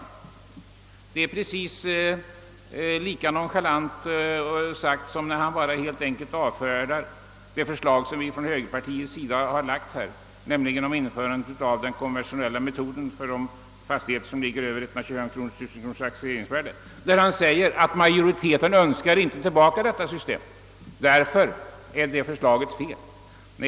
Att fälla ett sådant yttrande är precis lika nonchalant som när herr Brandt helt enkelt avfärdar det förslag som högerpartiet har lagt fram — att återinföra den konventionella metoden för villor med taxeringsvärden över 1235 000 kronor — genom att säga att majoriteten inte önskar tillbaka detta system. Därför är förslaget felaktigt!